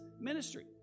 ministry